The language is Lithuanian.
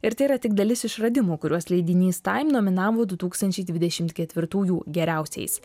ir tai yra tik dalis išradimų kuriuos leidinys taim nominavo du tūkstančiai dvidešimt ketvirtųjų geriausiais